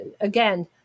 again